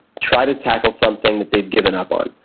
try to tackle something that they've given up on.